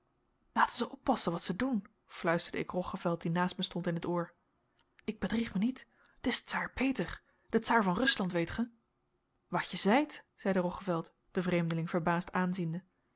laten zij oppassen wat zij doen fluisterde ik roggeveld die naast mij stond in t oor ik bedrieg mij niet het is tsaar peter de tsaar van rusland weet gij wat je zeit zeide roggeveld den vreemdeling verbaasd aanziende